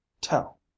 tell